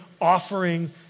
offering